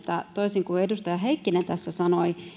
toisin kuin edustaja heikkinen tässä sanoi